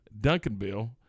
Duncanville